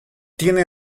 tiene